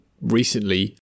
recently